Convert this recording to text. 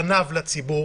פניו לציבור.